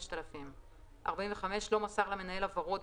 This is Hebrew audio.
5,000. (45) לא מסר למנהל הבהרות,